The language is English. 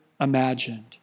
imagined